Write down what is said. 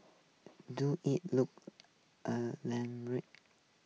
do it look a land